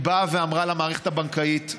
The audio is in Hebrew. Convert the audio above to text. היא באה ואמרה למערכת הבנקאית,